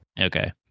Okay